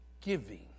giving